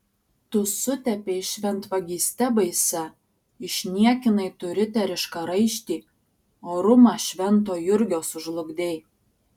tu sutepei šventvagyste baisia išniekinai tu riterišką raištį orumą švento jurgio sužlugdei